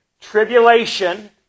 tribulation